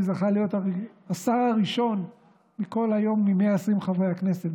זכה להיות השר הראשון מכל 120 חברי הכנסת.